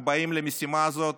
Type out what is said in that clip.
אנחנו באים למשימה הזאת